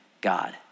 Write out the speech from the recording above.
God